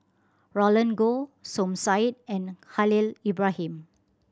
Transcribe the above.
Roland Goh Som Said and Khalil Ibrahim